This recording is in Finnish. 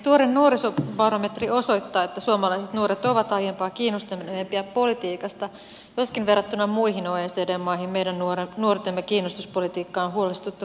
tuore nuorisobarometri osoittaa että suomalaiset nuoret ovat aiempaa kiinnostuneempia politiikasta joskin verrattuna muihin oecd maihin meidän nuortemme kiinnostus politiikkaan on huolestuttavan vähäistä